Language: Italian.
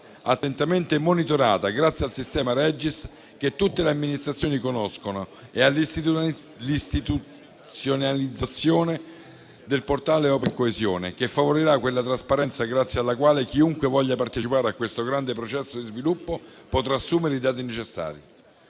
attentamente monitorata grazie al sistema Regis, che tutte le amministrazioni conoscono, e all'istituzionalizzazione del portale OpenCoesione, che favorirà una trasparenza grazie alla quale chiunque voglia partecipare a questo grande processo di sviluppo potrà assumere i dati necessari.